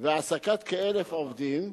והעסקת כ-1,000 עובדים,